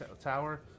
tower